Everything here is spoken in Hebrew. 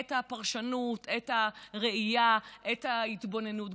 את הפרשנות, את הראייה, את ההתבוננות.